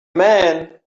man